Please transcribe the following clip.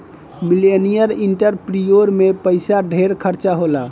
millennial entrepreneur में पइसा ढेर खर्चा होला